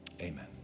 Amen